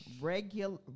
regular